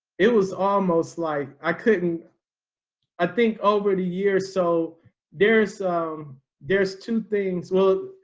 it was almost like i couldn't i think over the years. so there's there's two things well,